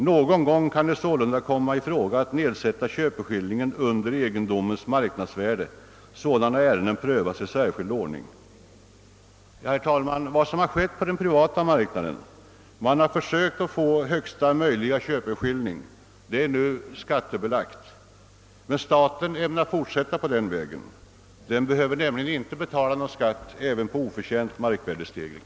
Någon gång kan det sålunda komma i fråga att nedsätta köpeskillingen under egendomens marknadsvärde. Sådana ärenden prövas i särskild ordning.» Herr talman! På den privata marknaden har man försökt få högsta möjliga köpeskilling. Vinster vid dylika försäljningar blir nu skattebelagda. Men staten ämnar fortsätta på den tidigare vägen. Den behöver inte betala någon skatt ens på oförtjänt markvärdestegring.